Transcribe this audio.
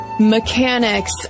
mechanics